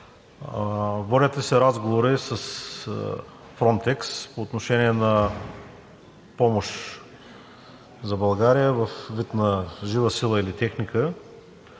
ли се разговори с Фронтекс по отношение на помощ за България във вид на жива сила или техника,